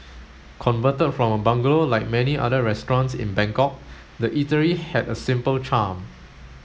converted from a bungalow like many other restaurants in Bangkok the eatery had a simple charm